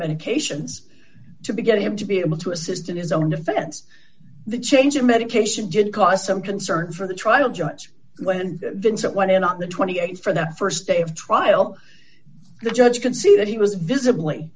medications to get him to be able to assist in his own defense the change in medication did cause some concern for the trial judge when vincent went in on the twenty eight for the st day of trial the judge can see that he was visibly